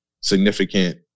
significant